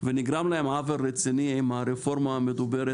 ונגרם להם עוול רציני עם הרפורמה המדוברת